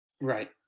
Right